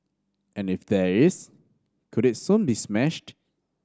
and if there is could it soon be smashed